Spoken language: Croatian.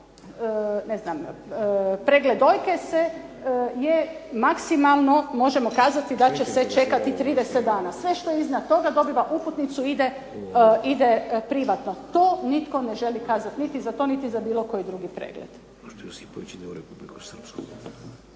pregled dojke je maksimalno, možemo kazati da će se čekati 30 dana. Sve što je iznad toga dobiva uputnicu i ide privatno. To nitko ne želi kazati, niti za to niti za bilo koji drugi pregled.